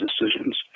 decisions